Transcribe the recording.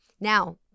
Now